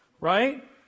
right